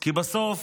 כי בסוף,